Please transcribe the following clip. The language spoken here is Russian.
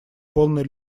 полной